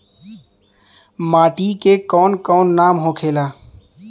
माटी के कौन कौन नाम होखे ला?